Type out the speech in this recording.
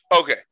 Okay